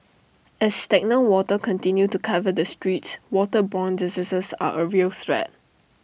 as stagnant water continue to cover the streets waterborne diseases are A real threat